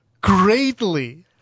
greatly